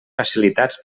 facilitats